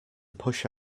push